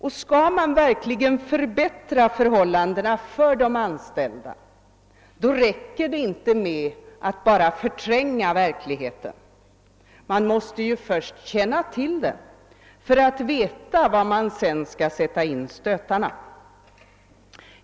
Och skall man verkligen kunna förbättra förhållandena för de anställda räcker det inte med att bara förtränga verkligheten. Man måste först känna till verkligheten för att veta var man skall sätta in stötarna.